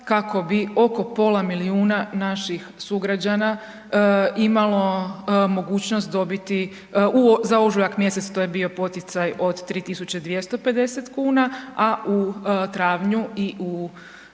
kako bi oko pola milijuna naših sugrađana imalo mogućnost dobiti, za ožujak mjesec, to je bio poticaj od 3250 kuna, a u travnju i u